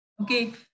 Okay